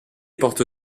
porte